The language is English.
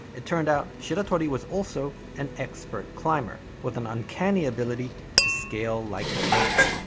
it turned out shiratori was also an expert climber with an uncanny ability to scale like a lizard.